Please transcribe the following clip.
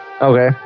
Okay